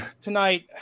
tonight